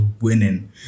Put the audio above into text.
winning